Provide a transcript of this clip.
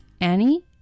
Annie